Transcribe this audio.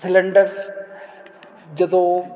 cylinder ਜਦੋਂ